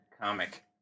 comic